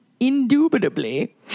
Indubitably